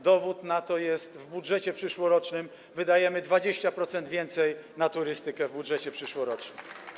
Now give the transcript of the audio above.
Dowód na to jest w budżecie przyszłorocznym - wydajemy 20% więcej na turystykę w budżecie przyszłorocznym.